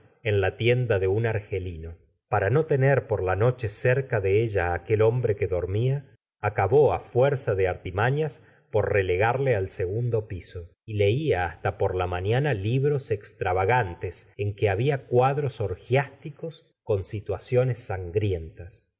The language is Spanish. en la tienda de un argelino para no tener por la noche cerca de ella aquel hombre que dormía acabó á fuerza de artimafias por relegarle al segundo piso y leía hasta por la mañana libros extravagantes en que había cuadros orgiasticos con situaciones sangrientas